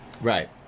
Right